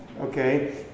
okay